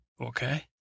Okay